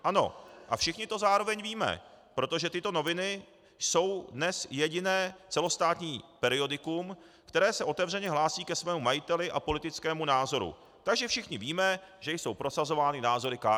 Ano, a všichni to zároveň víme, protože tyto noviny jsou dnes jediné celostátní periodikum, které se otevřeně hlásí ke svému majiteli a politickému názoru, takže všichni víme, že jsou prosazovány názory KSČM.